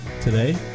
today